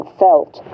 felt